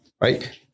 Right